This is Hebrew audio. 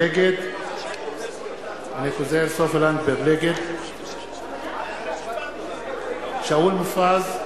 נגד שאול מופז,